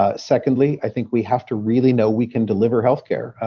ah secondly, i think we have to really know we can deliver health care.